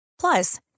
Plus